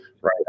Right